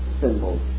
symbols